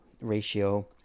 ratio